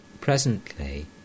Presently